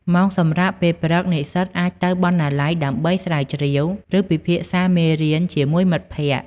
ម៉ោងសម្រាកពេលព្រឹក និស្សិតអាចទៅបណ្ណាល័យដើម្បីស្រាវជ្រាវ ឬពិភាក្សាមេរៀនជាមួយមិត្តភក្តិ។